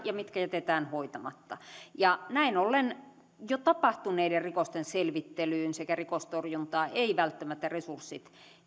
ja mitkä jätetään hoitamatta ja näin ollen jo tapahtuneiden rikosten selvittelyyn sekä rikostorjuntaan eivät välttämättä resurssit